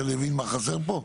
שאני אבין מה חסר פה?